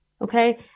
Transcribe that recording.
okay